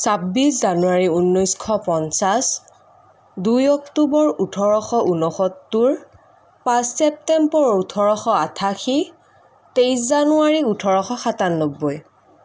ছাব্বিছ জানুৱাৰী ঊনৈছশ পঞ্চাছ দুই অক্টোবৰ ওঠৰশ ঊনসত্তৰ পাঁচ চেপ্তেম্বৰ ওঠৰশ আঠাশী তেইছ জানুৱাৰী ওঠৰশ সাতানব্বৈ